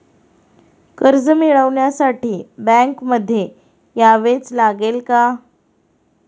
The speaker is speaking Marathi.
कर्ज मिळवण्यासाठी बँकेमध्ये यावेच लागेल का?